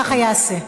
ככה ייעשה.